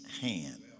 hand